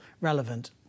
relevant